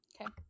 Okay